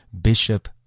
Bishop